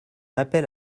appelle